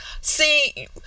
see